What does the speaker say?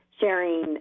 sharing